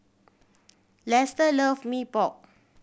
Lester love Mee Pok